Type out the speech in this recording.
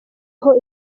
aho